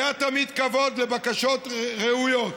היה תמיד כבוד לבקשות ראויות.